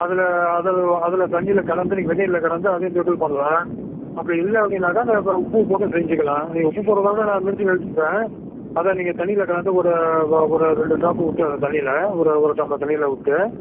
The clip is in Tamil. அதில் அது அதில் தண்ணியில் கலந்து நீங்கள் வெந்நீரில் கலந்து அதையும் பெகுள் பண்ணலாம் அப்படி இல்லை அப்படின்னா அ உப்பு போட்டு செஞ்சுக்கலாம் நீங்கள் உப்பு போகிறத விடா நான் மடிச்சி எடுத்துருக்கேன் அதான் நீங்கள் தண்ணியில் கலந்து ஒரு ஒரு ரெண்டு ட்ராப்பு விட்டு அந்த தண்ணியில் ஒரு ஒரு டம தண்ணியில் விட்டு